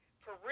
Peru